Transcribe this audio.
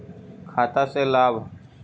खाता से लाभ?